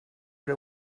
era